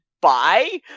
bye